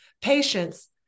patients